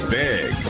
big